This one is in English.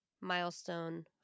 milestone